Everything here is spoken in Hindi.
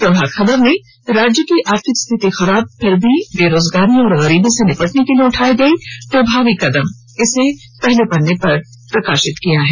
प्रभात खबर ने राज्य की आर्थिक स्थिति खराब फिर भी बेरोजगारी और गरीबी से निपटने के लिए उठाए गए प्रभावी कदम खबर को पहले पन्ने पर प्रकाशित किया है